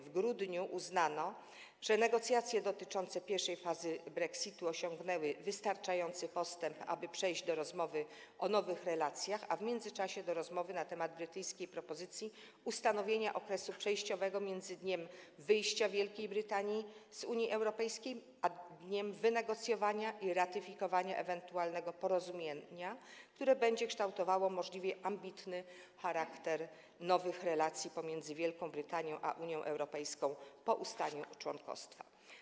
W grudniu uznano, że negocjacje dotyczące pierwszej fazy brexitu osiągnęły wystarczający postęp, aby można było przejść do rozmowy o nowych relacjach, a w międzyczasie do rozmowy na temat brytyjskiej propozycji ustanowienia okresu przejściowego między dniem wyjścia Wielkiej Brytanii z Unii Europejskiej a dniem wynegocjowania i ratyfikowania ewentualnego porozumienia, które będzie kształtowało możliwie ambitny charakter nowych relacji pomiędzy Wielką Brytanią a Unią Europejską po ustaniu członkostwa.